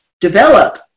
Develop